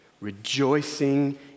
rejoicing